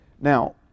Now